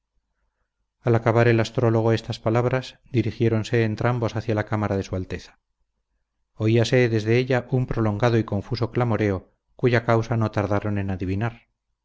al acabar el astrólogo estas palabras dirigiéronse entrambos hacia la cámara de su alteza oíase desde ella un prolongado y confuso clamoreo cuya causa no tardaron en adivinar